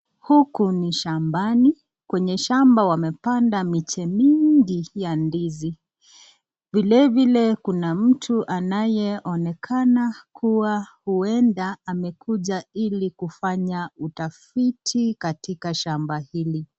Huku ni shambani. kwenye shamba wamepanda miche mingi ya ndizi vile vile kuna mtu anayeonekana kuwa huenda amekuja ili kufanya utafiti katika shamba hili.